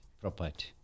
Property